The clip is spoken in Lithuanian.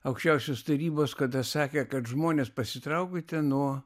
aukščiausios tarybos kada sakė kad žmonės pasitraukite nuo